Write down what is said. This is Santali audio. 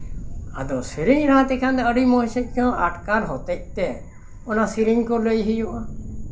ᱟᱫᱚ ᱥᱮᱨᱮᱧ ᱨᱟᱦᱟ ᱛᱮᱠᱷᱟᱱ ᱟᱹᱰᱤ ᱢᱚᱡᱽ ᱥᱟᱺᱦᱤᱡ ᱠᱚ ᱟᱴᱠᱟᱨ ᱦᱚᱛᱮᱫ ᱛᱮ ᱚᱱᱟ ᱥᱮᱨᱮᱧ ᱠᱚ ᱞᱟᱹᱭ ᱦᱩᱭᱩᱜᱼᱟ